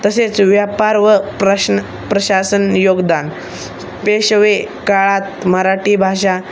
तसेच व्यापार व प्रश्न प्रशासन योगदान पेशवे काळात मराठी भाषा